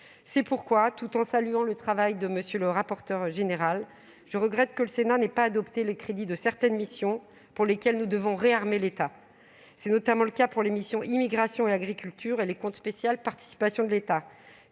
C'est pourquoi, tout en saluant le travail de M. le rapporteur général, je regrette que le Sénat n'ait pas adopté les crédits de certaines missions pour lesquelles nous devons réarmer l'État. C'est notamment le cas des missions « Immigration, asile et intégration »,«